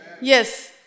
Yes